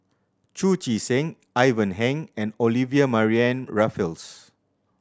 Chu Chee Seng Ivan Heng and Olivia Mariamne Raffles